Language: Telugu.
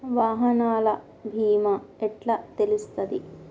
వాహనాల బీమా ఎట్ల తెలుస్తది?